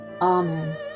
amen